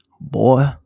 boy